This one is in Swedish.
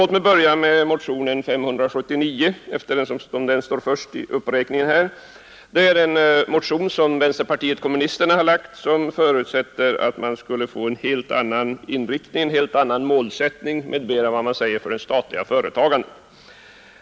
Låt mig börja med motionen 579, eftersom den står först i uppräkningen i betänkandet. Det är en motion som vänsterpartiet kommunisterna väckt och som föreslår en helt ny inriktning och målsättning för det statliga företagandet.